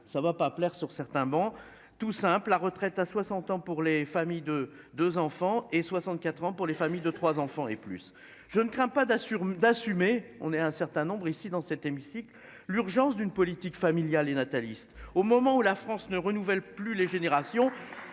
ça va pas plaire sur certains mots tout simples à retraite à 60 ans pour les familles de 2 enfants et 64 ans pour les familles de 3 enfants et plus. Je ne crains pas d'assurer d'assumer. On est un certain nombre ici dans cet hémicycle. L'urgence d'une politique familiale et nataliste au moment où la France ne renouvellent plus les générations,